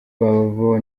babo